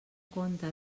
compte